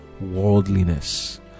worldliness